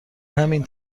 همین